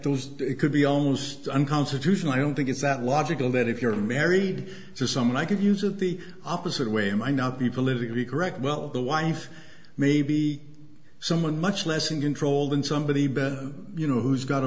those could be almost unconstitutional i don't think it's that logical that if you're married to someone i could use it the opposite way might not be politically correct well the wife maybe someone much less in control than somebody been you know who's got a